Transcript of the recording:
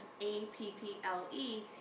A-P-P-L-E